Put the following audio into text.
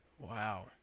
Wow